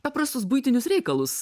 paprastus buitinius reikalus